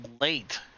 late